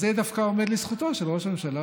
אז זה דווקא עומד לזכותו של ראש הממשלה,